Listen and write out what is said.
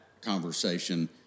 conversation